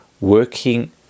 working